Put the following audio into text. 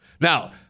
Now